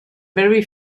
very